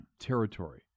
territory